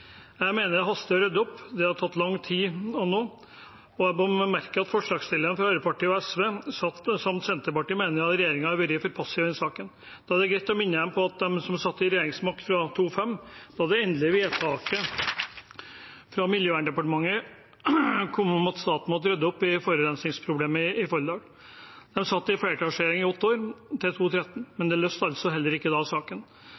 Jeg mener det haster med å rydde opp. Det har tatt lang tid, og jeg bemerker at forslagsstillerne fra Arbeiderpartiet og SV samt Senterpartiet mener at regjeringen har vært for passiv i denne saken. Da er det greit å minne dem om at de satt med regjeringsmakt fra 2005, da det endelige vedtaket fra Miljøverndepartementet kom om at staten måtte rydde opp i forurensningsproblemet i Folldal. De satt i flertallsregjering i åtte år, til 2013, men løste altså heller ikke saken.